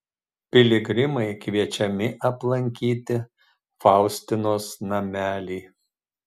piligrimai kviečiami aplankyti faustinos namelį